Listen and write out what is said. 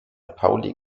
pauli